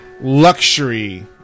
luxury